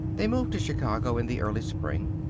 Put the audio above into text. they moved to chicago in the early spring.